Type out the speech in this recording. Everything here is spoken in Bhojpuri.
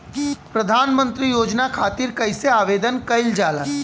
प्रधानमंत्री योजना खातिर कइसे आवेदन कइल जाला?